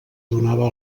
donava